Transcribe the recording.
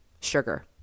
sugar